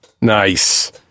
Nice